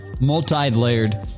multi-layered